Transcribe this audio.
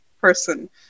person